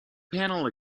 panel